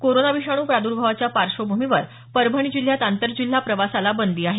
corona विषाणू प्रादुर्भावाच्या पार्श्वभूमीवर परभणी जिल्ह्यात आंतरजिल्हा प्रवासाला बंदी आहे